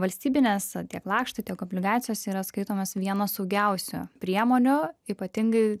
valstybinės tiek lakštai tiek obligacijos yra skaitomos vienos saugiausių priemonių ypatingai